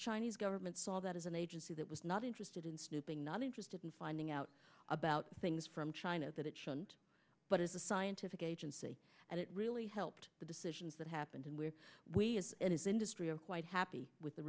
chinese government saw that as an agency that was not interested in snooping not interested in finding out about things from china that it shouldn't but as a scientific agency and it really helped the decisions that happened and where we as it is industry are quite happy with the